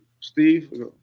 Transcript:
Steve